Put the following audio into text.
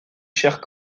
chers